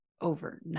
overnight